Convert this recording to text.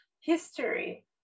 History